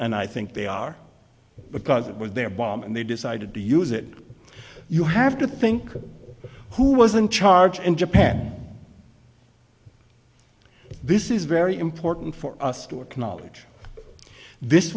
and i think they are because it was their bomb and they decided to use it you have to think who was in charge in japan this is very important for us to acknowledge this